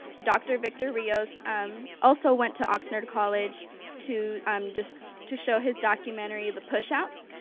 dr. victor rios um also went to oxnard college to um to show his documentary, the pushouts,